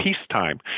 peacetime